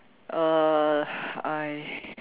uh I